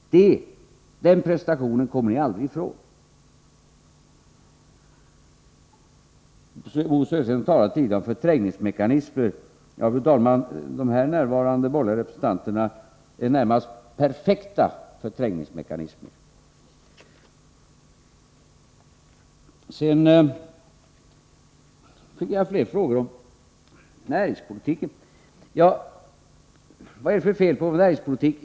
Den prestationen kommer ni aldrig ifrån. Bo Södersten har tidigare talat om förträngningsmekanismer. De här närvarande borgerliga representanterna, fru talman, är närmast perfekta förträngningsmekanismer. Jag fick fler frågor om näringspolitiken. Vad är det för fel på vår näringspolitik?